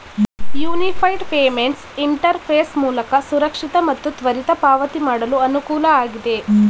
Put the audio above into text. unified payments interface ಮೂಲಕ ಸುರಕ್ಷಿತ ಮತ್ತು ತ್ವರಿತ ಪಾವತಿ ಮಾಡಲು ಅನುಕೂಲ ಆಗಿದೆ